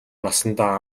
насандаа